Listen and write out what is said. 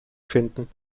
finden